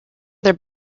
their